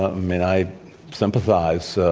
um and i sympathize. so